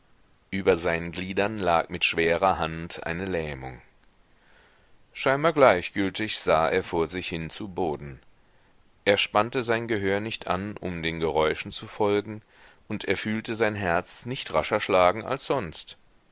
über seinen gliedern lag mit schwerer hand eine lähmung scheinbar gleichgültig sah er vor sich hin zu boden er spannte sein gehör nicht an um den geräuschen zu folgen und er fühlte sein herz nicht rascher schlagen als sonst